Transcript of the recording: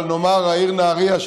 אבל נאמר העיר נהריה,